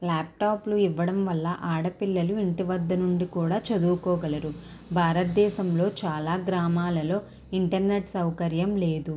లాప్టాప్లు ఇవ్వడం వల్ల ఆడపిల్లలు ఇంటివద్ద నుండి కూడా చదువుకోగలరు భారతదేశంలో చాలా గ్రామాలలో ఇంటర్నెట్ సౌకార్యం లేదు